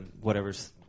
whatever's